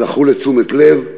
זכו לתשומת לב,